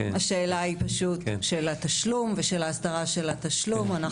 השאלה היא פשוט שאלת תשלום ושל ההסדרה של התשלום.